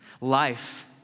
Life